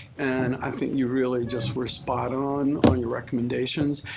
and i think you really just were spot-on on your recommendations.